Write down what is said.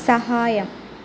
സഹായം